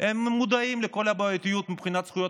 הם מודעים לכל הבעייתיות מבחינת זכויות